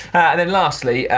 and then lastly,